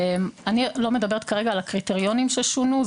אני לא מדברת כרגע על הקריטריונים ששונו,